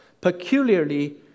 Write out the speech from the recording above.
peculiarly